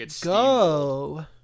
go